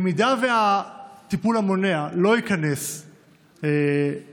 אם הטיפול המונע לא ייכנס לסל,